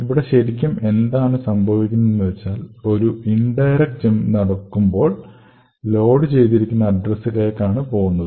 ഇവിടെ ശരിക്കും എന്താണ് സംഭവിക്കുന്നതെന്നുവച്ചാൽ ഒരു ഇൻഡയറക്ട് ജംപ് നടക്കുമ്പോൾ ലോഡ് ചെയ്തിരിക്കുന്ന അഡ്ഡ്രസ്സിലേക്കാണ് പോകുന്നത്